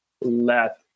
let